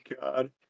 god